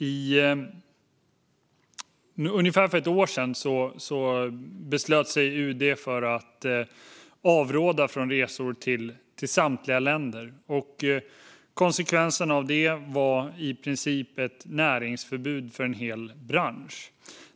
För ungefär ett år sedan beslöt UD att avråda från resor till samtliga länder. Konsekvensen av det blev i princip ett näringsförbud för en hel bransch.